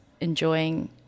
enjoying